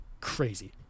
Crazy